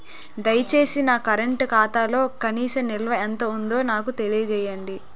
దయచేసి నా కరెంట్ ఖాతాలో కనీస నిల్వ ఎంత ఉందో నాకు తెలియజేయండి